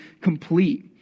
complete